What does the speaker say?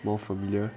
more familiar